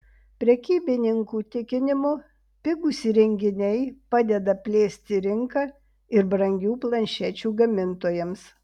prekybininkų tikinimu pigūs įrenginiai padeda plėsti rinką ir brangių planšečių gamintojams